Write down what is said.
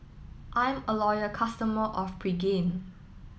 I'm a loyal customer of Pregain